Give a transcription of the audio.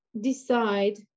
decide